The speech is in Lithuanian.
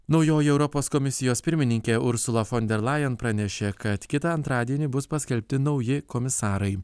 naujoji europos komisijos pirmininkė ursula fonderlajen pranešė kad kitą antradienį bus paskelbti nauji komisarai